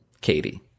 Katie